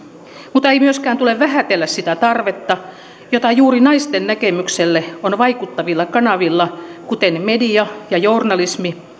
mutta ei myöskään tule vähätellä sitä tarvetta jota juuri naisten näkemykselle on vaikuttavilla kanavilla kuten media ja journalismi